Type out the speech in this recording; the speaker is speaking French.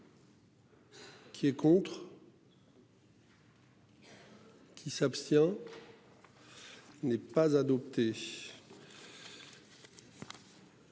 Qui est contre. Il a. Qui s'abstient. N'est pas adopté.